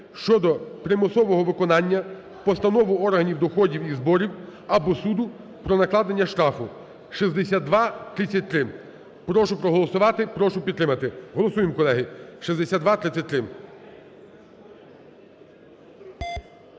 щодо примусового виконання постанови органу доходів і зборів або суду про накладення штрафу (6233). Прошу проголосувати, прошу підтримати. Голосуємо, колеги, 6233.